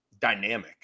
dynamic